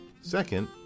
Second